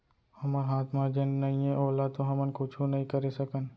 हमर हाथ म जेन नइये ओला तो हमन कुछु नइ करे सकन